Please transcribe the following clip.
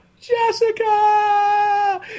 Jessica